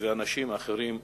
ואנשים אחרים שלא.